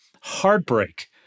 heartbreak